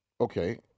Okay